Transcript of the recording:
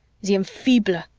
the enfeebler,